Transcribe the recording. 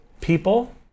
people